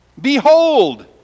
Behold